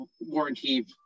warranty